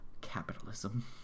Capitalism